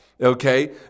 okay